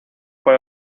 por